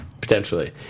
Potentially